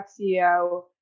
CEO